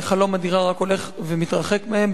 חלום הדירה רק הולך ומתרחק מהם.